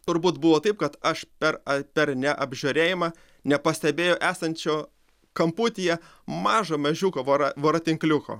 turbūt buvo taip kad aš per per neapžiūrėjimą nepastebėjau esančio kamputyje mažo mažiuko vora voratinkliuko